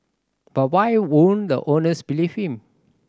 but why wouldn't the owners believe him